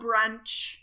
brunch